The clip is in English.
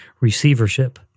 receivership